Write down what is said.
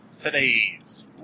Today's